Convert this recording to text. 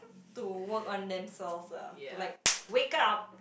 to work on themselves lah to like wake up